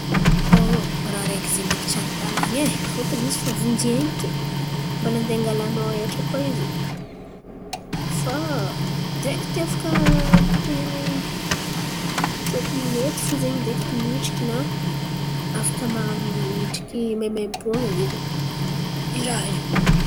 Raha araiky zen̈y ndreky tsy ara-dalàn̈a e. Fôtony izy fa vonjy ain̈y ke. Mbala handeha hangalanao hetra koa izy. Fa direkty afaka tokony tokony mety fo zen̈y direkty midriky na afaka midriky maimaimpoan̈a zen̈y i raha io.